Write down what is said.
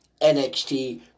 NXT